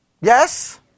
Yes